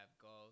goals